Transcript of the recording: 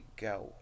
go